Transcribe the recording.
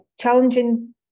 challenging